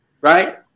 right